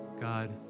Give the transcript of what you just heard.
God